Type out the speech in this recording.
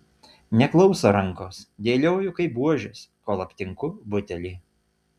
neklauso rankos dėlioju kaip buožes kol aptinku butelį